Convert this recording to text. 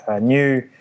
new